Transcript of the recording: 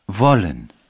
Wollen